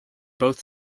both